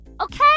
Okay